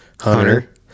Hunter